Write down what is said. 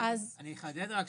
אני לא טועה,